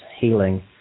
healing